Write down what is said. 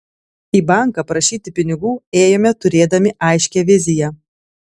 į banką prašyti pinigų ėjome turėdami aiškią viziją